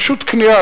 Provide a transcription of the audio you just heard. פשוט כניעה,